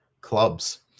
clubs